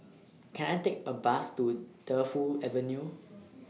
Can I Take A Bus to Defu Avenue